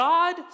God